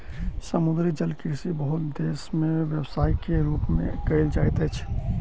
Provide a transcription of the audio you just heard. समुद्री जलकृषि बहुत देस में व्यवसाय के रूप में कयल जाइत अछि